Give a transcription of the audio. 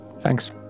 Thanks